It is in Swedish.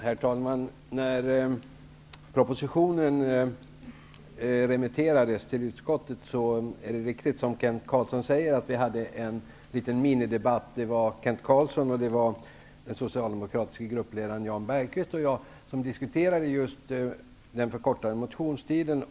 Herr talman! Det är riktigt som Kent Carlsson säger att vi, när denna proposition skulle remitteras till utskottet, hade en liten minidebatt. I den debatten deltog Kent Carlsson, den socialdemokratiska gruppledaren Jan Bergqvist och jag.